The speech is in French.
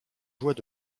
joies